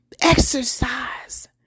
Exercise